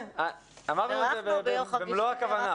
אמרנו את זה במלוא הכוונה.